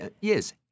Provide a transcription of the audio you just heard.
Yes